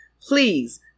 please